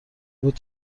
بود